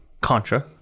Contra